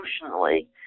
emotionally